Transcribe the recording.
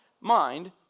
mind